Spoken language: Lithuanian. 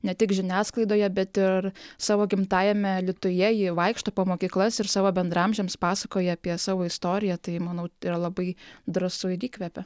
ne tik žiniasklaidoje bet ir savo gimtajame alytuje ji vaikšto po mokyklas ir savo bendraamžiams pasakoja apie savo istoriją tai manau yra labai drąsu ir įkvepia